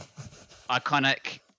Iconic